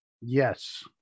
Yes